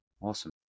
awesome